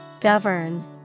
Govern